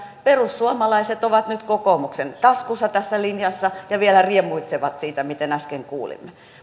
perussuomalaiset ovat nyt kokoomuksen taskussa tässä linjassa ja vielä riemuitsevat siitä kuten äsken kuulimme